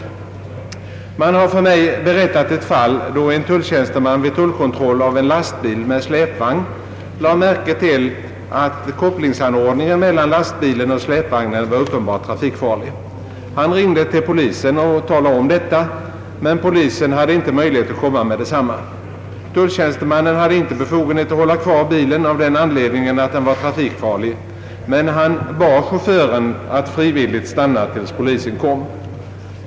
Man har för mig berättat ett fall då en tulltjänsteman vid tullkontroll av en lastbil med släpvagn lade märke till att kopplingsanordningen mellan lastbilen och släpvagnen var uppenbart trafikfarlig. Han ringde till polisen och talade om detta, men polisen hade inte möjlighet att komma med detsamma. Tulltjänstemannen hade inte befogenhet att hålla kvar bilen av den anledningen att den var trafikfarlig, men han bad chauffören att frivilligt stanna tills polisen kom.